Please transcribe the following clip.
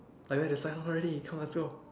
like where to sign up already come let's go